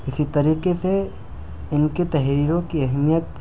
اسی طریقے سے ان کے تحریروں کی اہمیت